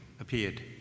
appeared